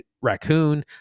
raccoon